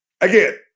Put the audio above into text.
Again